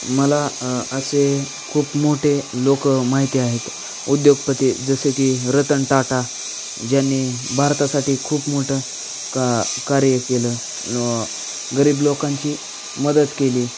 मला असे खूप मोठे लोक माहिती आहेत उद्योगपती जसे की रतन टाटा ज्यांनी भारतासाठी खूप मोठं का कार्य केलं गरीब न लोकांची मदत केली